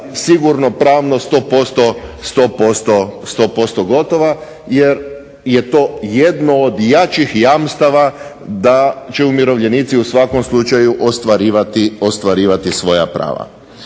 sigurno pravno 100% gotova, jer je to jedno od jačih jamstava da će umirovljenici u svakom slučaju ostvarivati svoja prava.